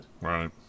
Right